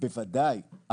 בוודאי,